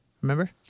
Remember